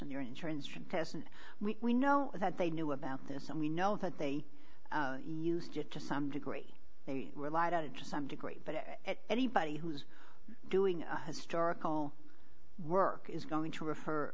on your insurance contestant we know that they knew about this and we know that they used it to some degree they relied on it to some degree but anybody who's doing historical work is going to refer